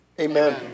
Amen